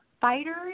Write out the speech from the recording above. fighters